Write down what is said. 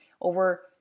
over